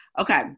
okay